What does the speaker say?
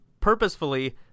purposefully